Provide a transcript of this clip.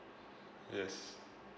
yes